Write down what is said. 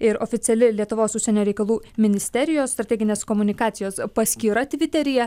ir oficiali lietuvos užsienio reikalų ministerijos strateginės komunikacijos paskyra tviteryje